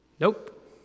Nope